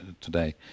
today